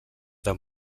del